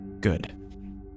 Good